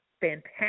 fantastic